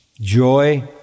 joy